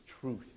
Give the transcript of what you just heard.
truth